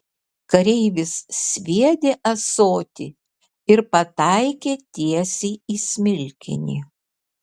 kareivis sviedė ąsotį ir pataikė tiesiai į smilkinį